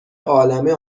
عالمه